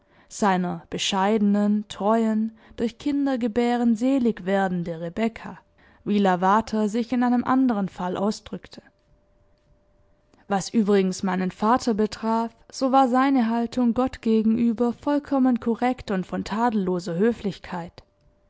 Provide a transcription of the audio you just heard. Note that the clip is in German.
seiner bescheidenen treuen durch kindergebären seligwerdenden rebekka wie lavater sich in einem anderen fall ausdrückte was übrigens meinen vater betraf so war seine haltung gott gegenüber vollkommen korrekt und von tadelloser höflichkeit